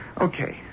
Okay